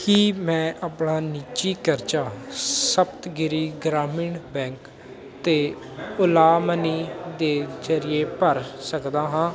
ਕੀ ਮੈਂ ਆਪਣਾ ਨਿੱਜੀ ਕਰਜ਼ਾ ਸਪਤਗਿਰੀ ਗ੍ਰਾਮੀਣ ਬੈਂਕ 'ਤੇ ਓਲਾ ਮਨੀ ਦੇ ਜਰੀਏ ਭਰ ਸਕਦਾ ਹਾਂ